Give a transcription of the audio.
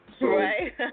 Right